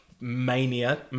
mania